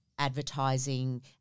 Advertising